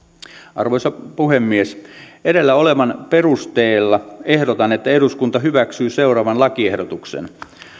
arvoisa puhemies edellä olevan perusteella ehdotan että eduskunta hyväksyy seuraavan lakiehdotuksen